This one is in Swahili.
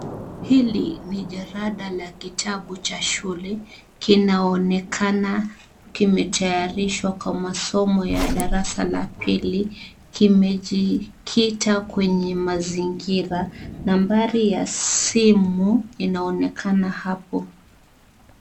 Hili ni jalada la kitabu cha shule, kinaonekana kimetayarishwa kwa masomo ya darasa la pili, kimejikita kwenye mazingira. Nambari ya simu inaonekana hapo.